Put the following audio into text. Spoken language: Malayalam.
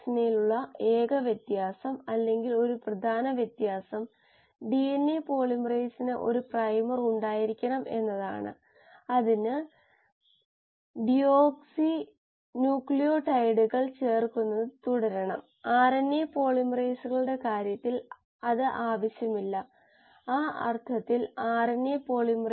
അതിനാൽ അത് കണക്കിലെടുക്കുന്നു പ്രത്യേകിച്ചും സബ്സ്ട്രെടിന്റെ ഗാഢത കുറയുമ്പോൾ അവ കണക്കിലെടുക്കുന്നതിനുള്ള ചില മാർഗ്ഗങ്ങൾ ഇവിടെ നൽകിയിരിക്കുന്നു